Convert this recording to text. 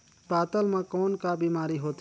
पातल म कौन का बीमारी होथे?